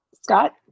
Scott